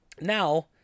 Now